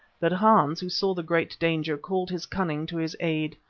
but hans, who saw the great danger, called his cunning to his aid.